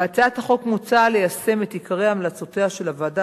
בהצעת החוק מוצע ליישם את עיקרי המלצותיה של הוועדה